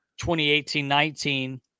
2018-19